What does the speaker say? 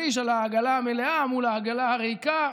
איש על העגלה המלאה מול העגלה הריקה.